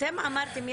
אמרתם,